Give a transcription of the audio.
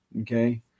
Okay